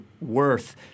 worth